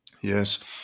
Yes